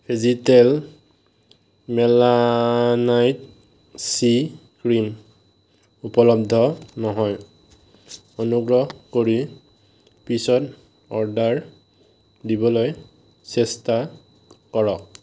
ভেজীতেল মেলানাইট চি ক্ৰিম উপলব্ধ নহয় অনুগ্ৰহ কৰি পিছত অৰ্ডাৰ দিবলৈ চেষ্টা কৰক